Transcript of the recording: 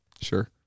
Sure